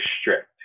strict